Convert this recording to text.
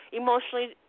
emotionally